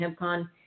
HempCon